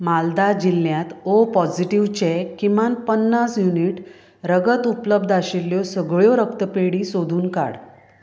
मालदा जिल्ल्यांत ओ पॉझीटीवचे किमान पन्नास युनीट रगत उपलब्ध आशिल्ल्यो सगळ्यो रक्तपेडी सोदून काड